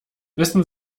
wissen